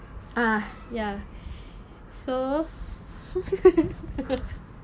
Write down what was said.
ah ya so